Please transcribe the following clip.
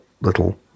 little